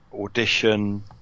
Audition